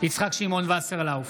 יצחק שמעון וסרלאוף,